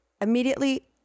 immediately